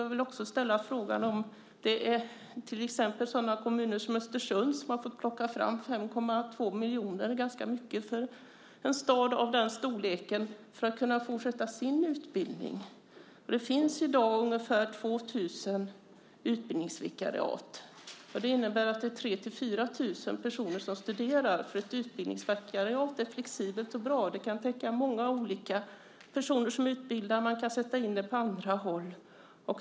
I till exempel Östersund har de fått plocka fram 5,2 miljoner - ganska mycket för en stad av den storleken - för att kunna fortsätta utbildningen. Det finns i dag ungefär 2 000 utbildningsvikariat, och det innebär att det är 3 000-4 000 personer som studerar. Ett utbildningsvikariat är flexibelt och bra, det kan täcka många olika personer som utbildas och man kan sätta in det på olika håll.